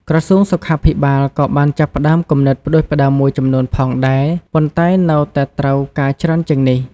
ក្រសួងសុខាភិបាល ក៏បានចាប់ផ្តើមគំនិតផ្តួចផ្តើមមួយចំនួនផងដែរ ប៉ុន្តែនៅតែត្រូវការច្រើនជាងនេះ។